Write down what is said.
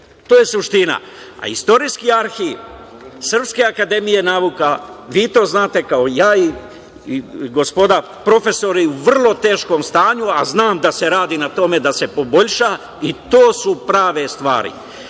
To je suština. Istorijski arhiv Srpske akademije nauka i umetnosti je, vi to znate, kao i ja i gospoda profesori, u vrlo teškom stanju, a znam da se radi na tome da se poboljša, i to su prave stvari.O